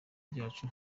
byacu